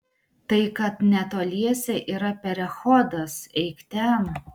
tai kad netoliese yra perechodas eik ten